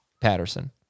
Patterson